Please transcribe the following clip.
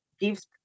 gives